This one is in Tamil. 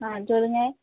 ஆ சொல்லுங்கள்